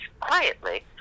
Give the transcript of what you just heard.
Quietly